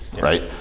right